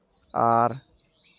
ᱟᱨ